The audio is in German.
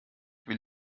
will